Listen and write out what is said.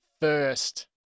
first